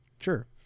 sure